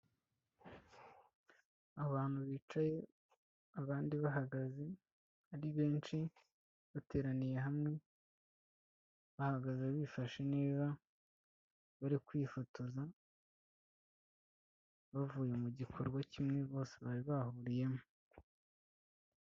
Abantu bicaye abandi bahagaze ari benshi bateraniye hamwe bahagaze bifashe niba bari kwifotoza bavuye mu gikorwa kimwe bose bari bahuriyemo.